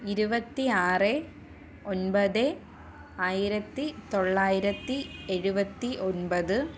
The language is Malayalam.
ഇരുപത്തിആറ് ഒൻപത് ആയിരത്തി തൊള്ളായിരത്തി എഴുപത്തി ഒൻപത്